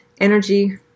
energy